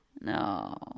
no